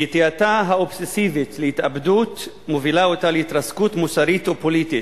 נטייתה האובססיבית להתאבדות מובילה אותה להתרסקות מוסרית או פוליטית,